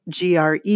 GRE